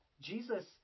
Jesus